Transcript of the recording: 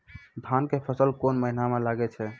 धान के फसल कोन महिना म लागे छै?